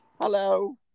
Hello